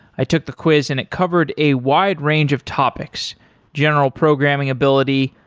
i took the quiz and it covered a wide range of topics general programming ability,